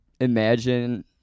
imagine